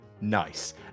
Nice